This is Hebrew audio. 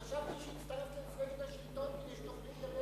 חשבתי שהצטרפת למפלגת השלטון כדי שתוכלי לדבר